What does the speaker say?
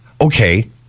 Okay